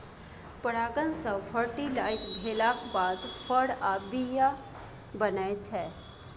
परागण सँ फर्टिलाइज भेलाक बाद फर आ बीया बनै छै